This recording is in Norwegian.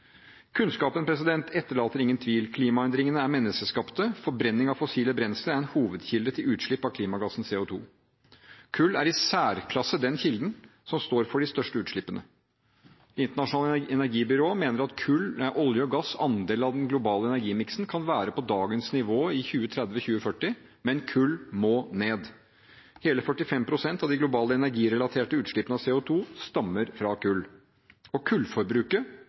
Kunnskapen etterlater ingen tvil: Klimaendringene er menneskeskapte. Forbrenning av fossile brensler er en hovedkilde til utslipp av klimagassen CO2. Kull er i særklasse den kilden som står for de største utslippene. Det internasjonale energibyrået mener at olje og gass’ andel av den globale energimiksen kan være på dagens nivå i 2030–2040, men kull må ned. Hele 45 pst. av de globale energirelaterte utslippene av CO2 stammer fra kull, og kullforbruket